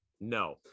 no